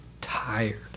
tired